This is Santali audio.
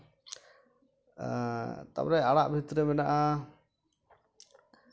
ᱛᱟᱯᱚᱨᱮ ᱟᱲᱟᱜ ᱵᱷᱤᱛᱨᱤ ᱨᱮ ᱢᱮᱱᱟᱜᱼᱟ